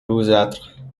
rougeâtres